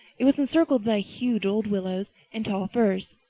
it was encircled by huge old willows and tall firs,